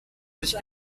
sich